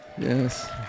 Yes